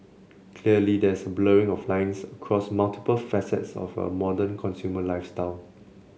clearly there is a blurring of lines across multiple facets of a modern consumer lifestyle